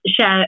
share